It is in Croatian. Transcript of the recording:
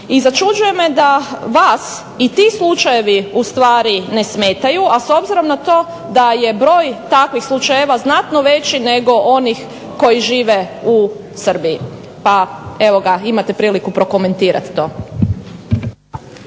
začuđuje me da vas i ti slučajevi u stvari ne smetaju, a s obzirom na to da je broj takvih slučajeva znatno veći nego onih koji žive u Srbiji, pa evo ga imate priliku prokomentirati to.